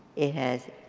it has